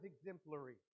exemplary